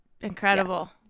Incredible